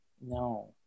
No